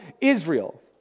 Israel